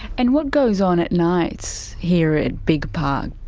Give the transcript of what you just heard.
and what goes on at nights here at bigge park?